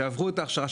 שעברו את ההכשרה,